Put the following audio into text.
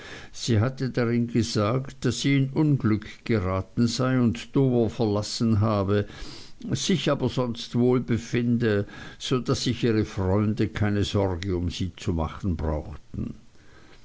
sie hatte darin gesagt daß sie in unglück geraten sei und dover verlassen habe sich aber sonst wohl befinde so daß sich ihre freunde keine sorge um sie zu machen brauchten